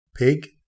Pig